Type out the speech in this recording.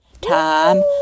Time